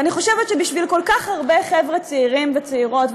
ואני חושבת שבשביל כל כך הרבה חבר'ה צעירים וצעירות,